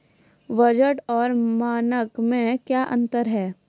वजन और मानक मे क्या अंतर हैं?